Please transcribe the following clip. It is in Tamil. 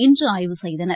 இன்றுஆய்வு செய்தனர்